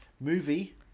Movie